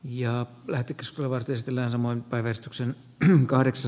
ja lähti kiskoivat esitellä oman päivystyksen kahdeksi